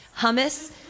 hummus